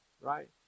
right